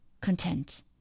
content